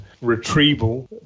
retrieval